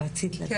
רצית להגיד משהו?